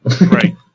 Right